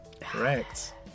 Correct